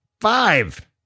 Five